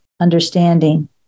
understanding